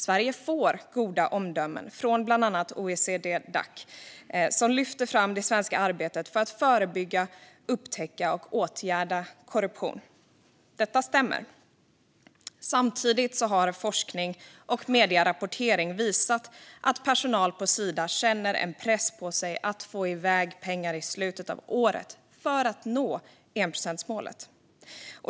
Sverige får goda omdömen från bland andra OECD-Dac, som lyfter fram det svenska arbetet för att förebygga, upptäcka och åtgärda korruption. Detta stämmer. Samtidigt har forskning och medierapportering visat att personal på Sida känner en press på sig att få iväg pengar i slutet av året för att nå enprocentsmålet.